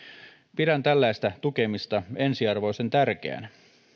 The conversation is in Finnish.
pidän tällaista tukemista ensiarvoisen tärkeänä